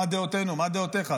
דעותינו, מה דעותיך.